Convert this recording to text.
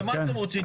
ומה אתם רוצים?